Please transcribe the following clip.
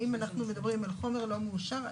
האם אנחנו מדברים על חומר לא מאושר.